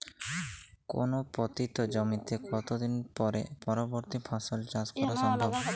কোনো পতিত জমিতে কত দিন পরে পরবর্তী ফসল চাষ করা সম্ভব?